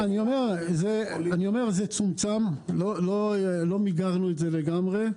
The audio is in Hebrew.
אני אומר זה צומצם, לא מיגרנו את זה לגמרי.